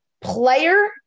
player –